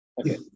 Okay